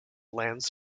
lands